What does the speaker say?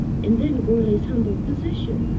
and then goarly's humble position,